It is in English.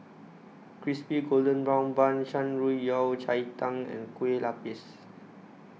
Crispy Golden Brown Bun Shan Rui Yao Cai Tang and Kueh Lapis